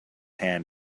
hand